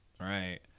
Right